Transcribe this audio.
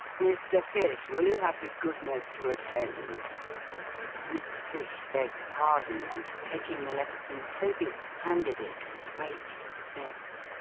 mr. fish, will you have the goodness to attend mr. fish begged pardon, and taking the letter from toby, handed it, with great respect.